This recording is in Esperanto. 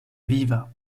viva